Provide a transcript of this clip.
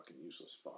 useless